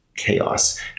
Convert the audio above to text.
chaos